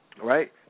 right